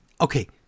Okay